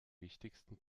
wichtigsten